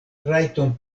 rajton